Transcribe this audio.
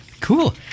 Cool